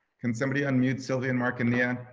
can somebody unmute silvia, and marc and nia?